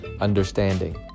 understanding